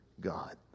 God